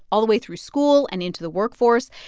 all the way through school and into the workforce.